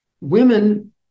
Women